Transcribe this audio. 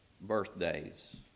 Birthdays